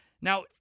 Now